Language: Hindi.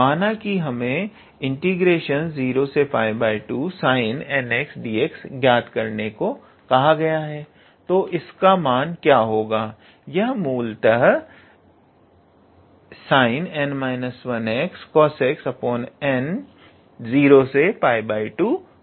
माना कि हमें 02sinnxdx ज्ञात करने को कहा गया है तो इसका मान क्या होगा वह मूलतः sinn 1xcosxn02होगा